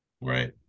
right